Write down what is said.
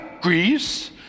Greece